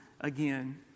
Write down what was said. again